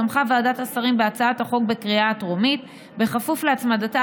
ועדת השרים תמכה בהצעה בקריאה הטרומית בכפוף להצמדתה